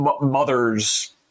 mothers